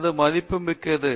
அது மதிப்பு மிக்கது